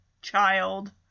child